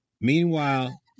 Meanwhile